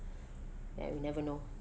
ya we never know